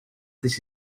this